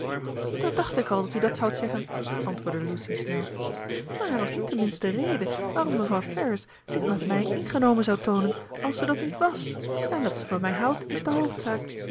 dat dacht ik al dat u dat zoudt zeggen antwoordde lucy snel maar er was niet de minste reden waarom mevrouw ferrars zich met mij ingenomen zou toonen als ze dat niet wàs en dat ze van mij houdt is de hoofdzaak